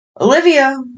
Olivia